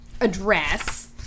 address